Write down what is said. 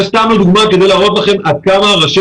זאת סתם דוגמה כדי להראות לכם עד כמה ראשי